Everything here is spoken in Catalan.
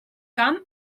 camp